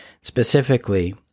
Specifically